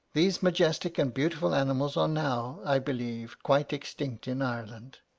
these majestic and beautiful animals are now, i believe, quite extinct in ireland,